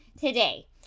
today